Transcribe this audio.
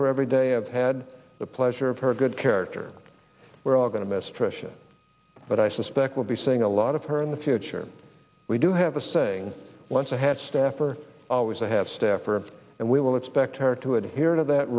for every day of had the pleasure of her good character we're all going to miss trisha but i suspect we'll be seeing a lot of her in the future we do have a saying once i had staff are always i have staffer and we will expect her to adhere to that